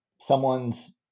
someone's